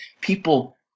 people